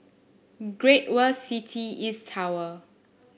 Great World City East Tower